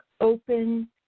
open